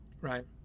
right